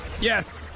Yes